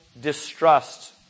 distrust